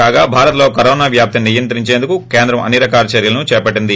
కాగా భారత్లో కరోనా వ్యాప్తిని నియంత్రించేందుకు కేంద్రం అన్ని రకాల చర్యలు చేపట్లింది